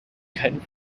keinem